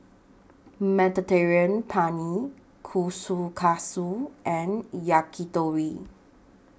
Mediterranean Penne Kushikatsu and Yakitori